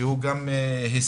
שהוא גם השיג